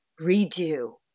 redo